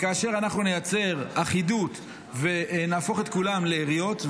כאשר אנחנו נייצר אחידות ונהפוך את כולן לעיריות,